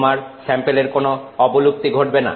তোমার স্যাম্পেলের কোন অবলুপ্তি ঘটবে না